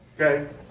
Okay